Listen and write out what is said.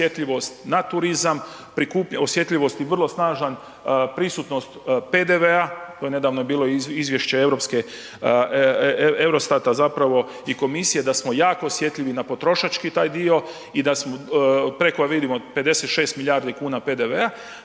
osjetljivost na turizam, osjetljivost i vrlo snažan prisutnost PDV, to je nedavno bilo izvješće europske EUROSTAT-a zapravo i komisije da smo jako osjetljivi na potrošački taj dio i da smo, preko vidimo 56 milijardi kuna PDV-a.